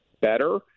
better